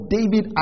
David